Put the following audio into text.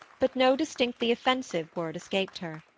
but no distinctly offensive word escaped her.